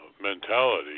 mentality